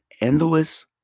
endless